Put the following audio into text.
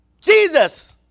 jesus